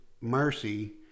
mercy